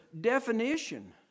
definition